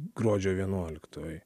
gruodžio vienuoliktoji